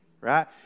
right